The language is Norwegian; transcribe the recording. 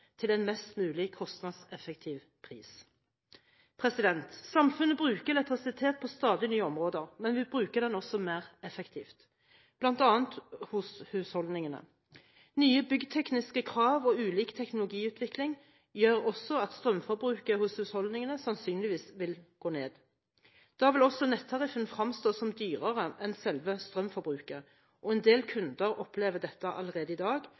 til en mest mulig kostnadseffektiv pris. Samfunnet bruker elektrisitet på stadig nye områder, men vi bruker den også mer effektivt, bl.a. hos husholdningene. Nye byggtekniske krav og ulik teknologiutvikling gjør også at strømforbruket hos husholdningene sannsynligvis vil gå ned. Da vil også nettariffen fremstå som dyrere enn selve strømforbruket, og en del kunder opplever dette allerede i dag